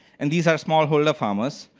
and these are small holder farmers.